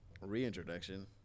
reintroduction